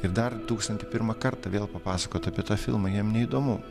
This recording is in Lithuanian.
ir dar tūkstantį pirmą kartą vėl papasakot apie tą filmą jiem neįdomu